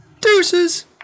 Deuces